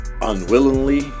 unwillingly